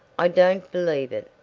i don't believe it,